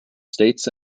states